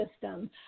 system